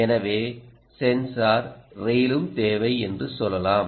எனவே சென்சார் ரெயிலும் தேவை என்று சொல்லலாம்